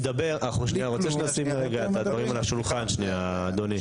רוצה רגע לשים את הדברים על השולחן אדוני,